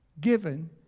given